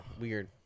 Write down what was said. Weird